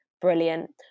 Brilliant